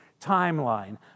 timeline